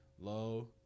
low